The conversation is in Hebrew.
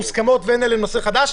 שמוסכמות ואין עליהן טענה של נושא חדש,